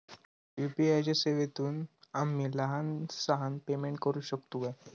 UPI च्या सेवेतून आम्ही लहान सहान पेमेंट करू शकतू काय?